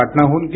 पाटणाहून के